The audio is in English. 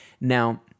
Now